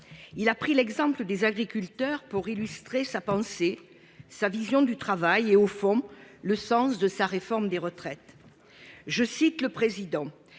Il a pris l'exemple des agriculteurs pour illustrer sa pensée, sa vision du travail et au fond le sens de sa réforme des retraites. Je cite le président.